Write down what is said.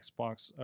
Xbox